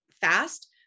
fast